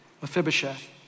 Mephibosheth